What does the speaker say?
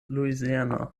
louisiana